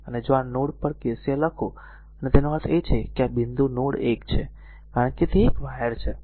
જો આ નોડ પર KCL લખો અને તેનો અર્થ એ છે કે આ બિંદુ નોડ 1 છે કારણ કે તે એક વાયર છે